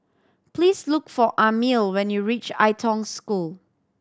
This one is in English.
please look for Amil when you reach Ai Tong School